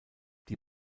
die